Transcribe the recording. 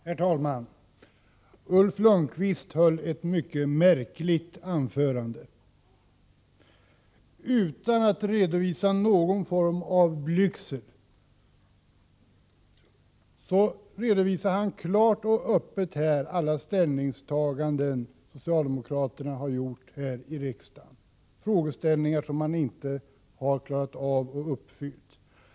Herr talman! Ulf Lönnqvist höll ett mycket märkligt anförande. Utan att visa någon form av blygsel redovisade han klart och öppet alla ställningstaganden som socialdemokraterna tidigare har gjort i riksdagen, önskemål som man inte har klarat av att uppfylla.